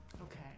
Okay